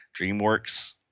DreamWorks